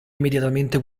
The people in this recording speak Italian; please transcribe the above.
immediatamente